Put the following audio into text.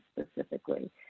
specifically